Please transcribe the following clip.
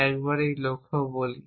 একইভাবে আমরা একটি লক্ষ্য বলি